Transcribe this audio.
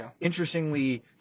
interestingly